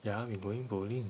ya we going bowling